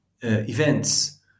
events